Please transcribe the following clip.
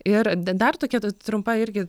ir da dar tokia trumpa irgi